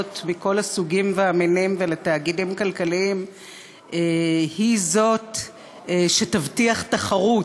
מכל הסוגים והמינים ולתאגידים כלכליים היא זאת שתבטיח תחרות.